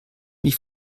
mich